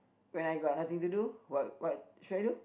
when I got nothing to do what what should I do